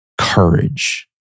courage